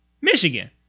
Michigan